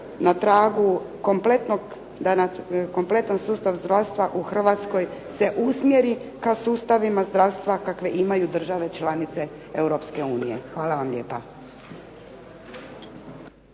da nam kompletan sustav zdravstva u Hrvatskoj se usmjeri ka sustavima zdravstva kakve imaju države članice Europske unije. Hvala vam lijepa.